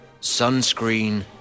sunscreen